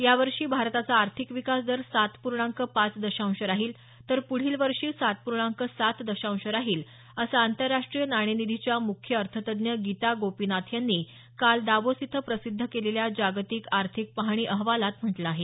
यावर्षी भारताचा आर्थिक विकासदर सात पूर्णांक पाच दशांश राहील तर पुढील वर्षी सात पूर्णांक सात दशांश राहील असं आंतरराष्ट्रीय नाणेनिधीच्या मुख्य अर्थतज्ञ गीता गोपीनाथ यांनी काल दावोस इथं प्रसिद्ध केलेल्या जागतिक आर्थिक पाहणी अहवालात म्हटलं आहे